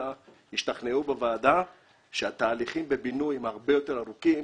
אלא השתכנעו בוועדה שהתהליכים בבינוי הם הרבה יותר ארוכים,